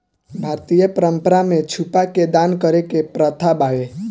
भारतीय परंपरा में छुपा के दान करे के प्रथा बावे